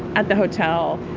at the hotel.